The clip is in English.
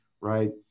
right